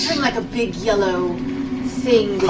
like a big yellow thing